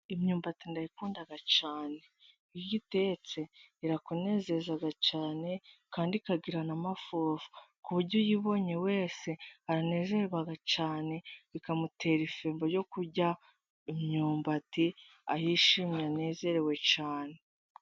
Imyumbati ndayikunda cyane, iyo uyitetse irakunezeza cyane kandi ikagira n'amafufu ku buryo uyibonye wese aranezerwa cyane, bikamutera ifemba yo kurya imyumbati yishimye anezerewe cyane.